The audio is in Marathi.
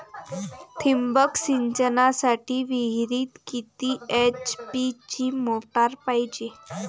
ठिबक सिंचनासाठी विहिरीत किती एच.पी ची मोटार पायजे?